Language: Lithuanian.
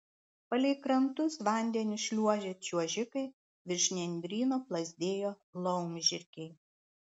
palei krantus vandeniu šliuožė čiuožikai virš nendryno plazdėjo laumžirgiai